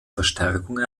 verstärkung